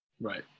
Right